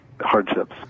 hardships